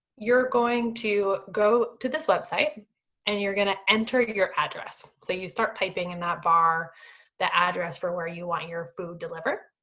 you're going to go to this website and you're gonna enter your your address. so you start typing in that bar the address for where you want your food delivered.